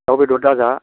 दाउ बेदर दाजा